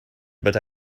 but